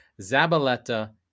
Zabaleta